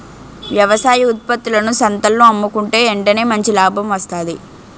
వ్యవసాయ ఉత్త్పత్తులను సంతల్లో అమ్ముకుంటే ఎంటనే మంచి లాభం వస్తాది